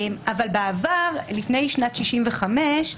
בעבר, לפני שנת 1965,